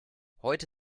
heute